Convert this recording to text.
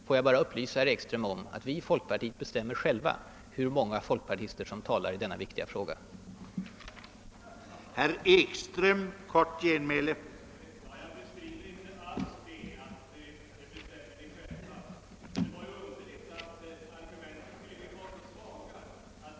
Får jag upplysa herr Ekström om att vi folkpartister själva bestämmer, hur många av oss som talar i denna och andra viktiga frågor.